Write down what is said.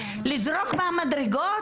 לזרוק מהמדרגות?